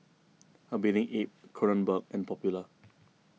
A Bathing Ape Kronenbourg and Popular